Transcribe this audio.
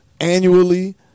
annually